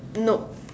nope